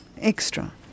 extra